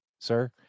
sir